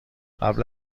قبل